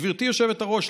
גברתי היושבת-ראש,